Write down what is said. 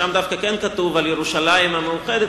שם דווקא כן כתוב על ירושלים המאוחדת,